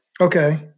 Okay